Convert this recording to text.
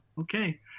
okay